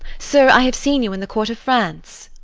sir, i have seen you in the court of france.